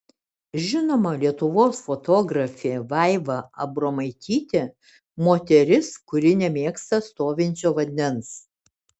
žinoma lietuvos fotografė vaiva abromaitytė moteris kuri nemėgsta stovinčio vandens